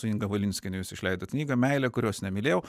su inga valinskiene jūs išleidot knygą meilė kurios nemylėjau